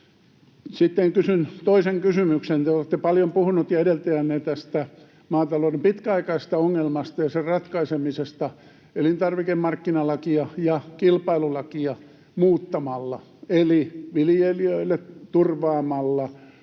Sitten kysyn toisen kysymyksen: Te olette paljon puhunut, ja edeltäjänne, tästä maatalouden pitkäaikaisesta ongelmasta ja sen ratkaisemisesta elintarvikemarkkinalakia ja kilpailulakia muuttamalla eli turvaamalla